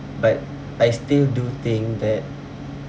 but I still do think that